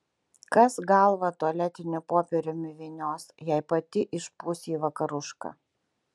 kas galvą tualetiniu popieriumi vynios jei pati išpūsi į vakarušką